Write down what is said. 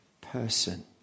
person